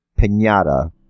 Pinata